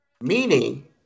meaning